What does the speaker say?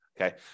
Okay